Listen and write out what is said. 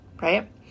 right